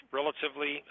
relatively